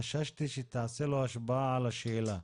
חששתי שתעשה לו השפעה על השאלה.